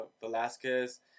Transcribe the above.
Velasquez